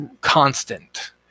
constant